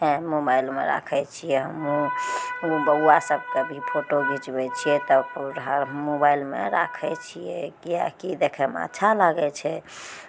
उएह मोबाइलमे राखै छियै हमहूँ बौआ सभके भी फोटो घिचबै छियै तऽ उएह मोबाइलमे राखै छियै किएकि देखयमे अच्छा लागै छै